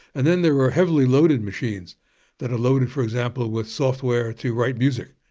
and then there are heavily loaded machines that are loaded for example with software to write music.